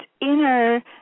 inner